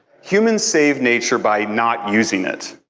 human save nature by not using it.